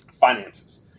finances